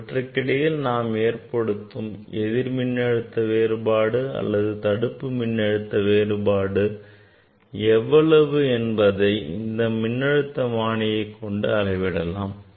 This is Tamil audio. இவற்றுக்கிடையே நாம் ஏற்படுத்தும் எதிர் மின்னழுத்த வேறுபாடு அல்லது தடுப்பு மின்னழுத்த வேறுபாடு எவ்வளவு என்பதை இந்த மின்னழுத்தமானியைக் கொண்டு அளவிடலாம்